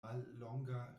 mallonga